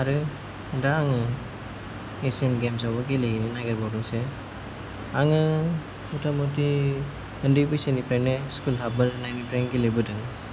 आरो दा आङो एसियान गेम्सआवबो गेलेहैनो नागेरबावदोंसो आङो मथा मथि उन्दै बैसोनिफ्रायनो स्कुल हाबबोनायनिफ्रायनो गेलेबोदों